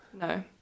no